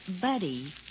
buddy